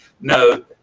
no